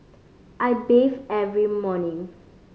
I bathe every morning